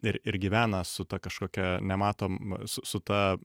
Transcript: ir ir gyvena su ta kažkokia nematom su ta